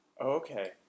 Okay